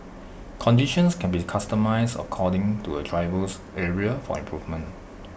conditions can be customised according to A driver's area for improvement